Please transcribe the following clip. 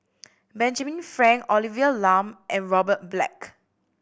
Benjamin Frank Olivia Lum and Robert Black